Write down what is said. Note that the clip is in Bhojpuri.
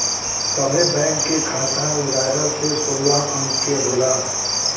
सभे बैंक के खाता एगारह से सोलह अंक के होला